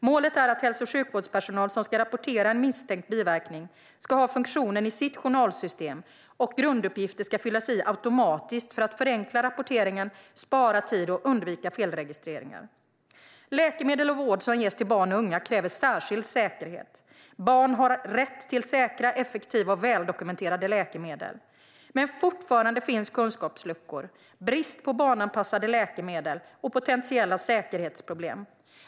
Målet är att hälso och sjukvårdspersonal som ska rapportera en misstänkt biverkning ska ha funktionen i sitt journalsystem och att grunduppgifter ska fyllas i automatiskt för att förenkla rapporteringen, spara tid och undvika felregistreringar. Läkemedel och vård som ges till barn och unga kräver särskild säkerhet. Barn har rätt till säkra, effektiva och väldokumenterade läkemedel. Men fortfarande finns kunskapsluckor, brist på barnanpassade läkemedel och potentiella säkerhetsproblem.